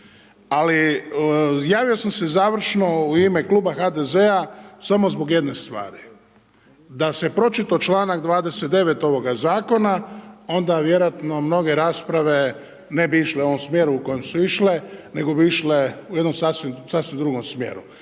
Ali javio sam se završno u ime Kluba HDZ-a samo zbog jedne stvari. Da se pročitao članak 29. ovoga Zakona onda vjerojatno mnoge rasprave ne bi išle u ovom smjeru u kojem su išle, nego bi išle u jednom sasvim drugom smjeru